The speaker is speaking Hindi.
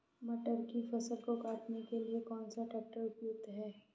मटर की फसल को काटने के लिए कौन सा ट्रैक्टर उपयुक्त है?